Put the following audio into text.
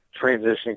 transitioning